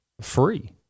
free